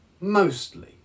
Mostly